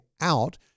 out